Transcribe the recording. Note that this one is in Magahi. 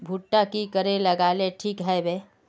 भुट्टा की करे लगा ले ठिक है बय?